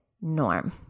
norm